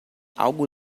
algo